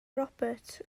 roberts